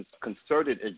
concerted